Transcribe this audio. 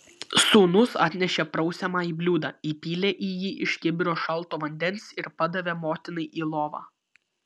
sūnus atnešė prausiamąjį bliūdą įpylė į jį iš kibiro šalto vandens ir padavė motinai į lovą